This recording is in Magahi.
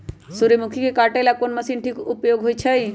सूर्यमुखी के काटे ला कोंन मशीन के उपयोग होई छइ?